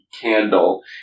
candle